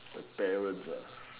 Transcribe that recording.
appearance